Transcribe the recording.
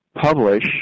publish